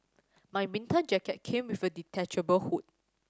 my winter jacket came with a detachable hood